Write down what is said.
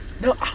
No